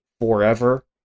forever